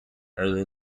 early